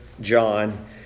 John